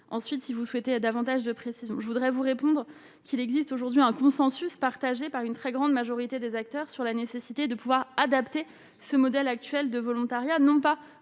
ensuite si vous souhaitez à davantage de précisions, je voudrais vous répondre qu'il existe aujourd'hui un consensus partagé par une très grande majorité des acteurs sur la nécessité de pouvoir adapter ce modèle actuel de volontariat, non pas